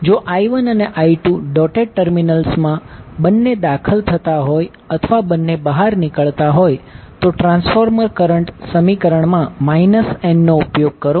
જો I1 અને I2 dotted terminals માં બંને દાખલ થતા હોય અથવા બંને બહાર નીકળતા હોય તો ટ્રાન્સફોર્મર કરંટ સમીકરણમાં n નો ઉપયોગ કરો